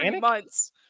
months